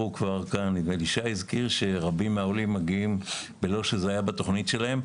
נדמה לי ששי הזכיר שרבים מהעולים מגיעים מבלי שזה היה בתוכנית שלהם.